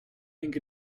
think